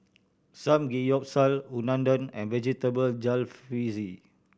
Samgeyopsal Unadon and Vegetable Jalfrezi